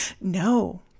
No